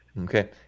Okay